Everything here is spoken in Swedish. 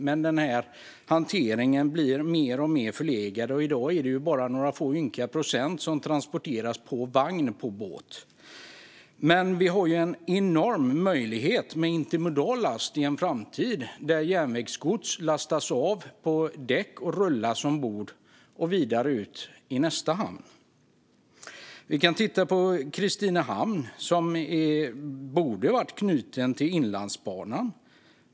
Men denna hantering blir mer och mer förlegad, och i dag är det bara några ynka få procent som transporteras på vagn på båt. Men i en framtid har vi en enorm möjlighet med intermodal last, där järnvägsgods lastas av på däck och rullas ombord och vidare ut i nästa hamn. Vi kan titta på Kristinehamns hamn, som borde ha varit knuten till Inlandsbanan.